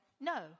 No